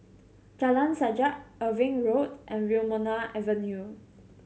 Jalan Sajak Irving Road and Wilmonar Avenue